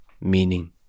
meaning